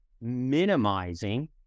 minimizing